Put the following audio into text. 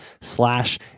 slash